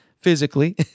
physically